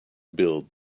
build